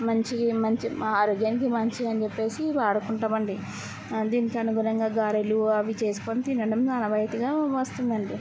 మంచి మంచి మా ఆరోగ్యానికి మంచిదని చెప్పేసి వాడుకుంటాం అండి దీనికి అనుగుణంగా గారెలు అవి చేసుకొని తినడం ఆనవాయితీగా వస్తుందండి